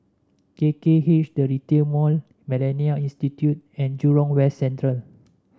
K K H The Retail Mall MillenniA Institute and Jurong West Central